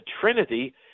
trinity